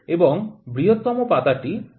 এবং বৃহত্তম পাতাটি ২৫ মিমি